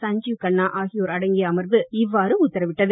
சஞ்சீவ் கன்னா ஆகியோர் அடங்கிய அமர்வு இவ்வாறு உத்தரவிட்டது